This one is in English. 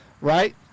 right